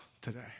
today